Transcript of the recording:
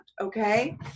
okay